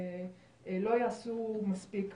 לא יעשו מספיק.